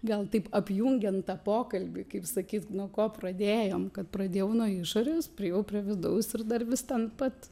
gal taip apjungiant tą pokalbį kaip sakyt nu ko pradėjom kad pradėjau nuo išorės priėjau prie vidaus ir dar vis ten pat